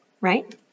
right